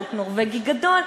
חוק נורבגי גדול,